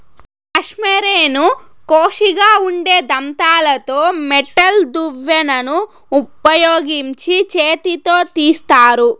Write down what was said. కష్మెరెను కోషిగా ఉండే దంతాలతో మెటల్ దువ్వెనను ఉపయోగించి చేతితో తీస్తారు